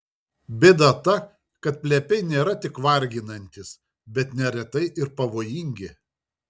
bėda ta kad plepiai nėra tik varginantys bet neretai ir pavojingi